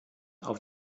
auf